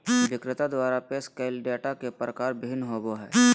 विक्रेता द्वारा पेश कइल डेटा के प्रकार भिन्न होबो हइ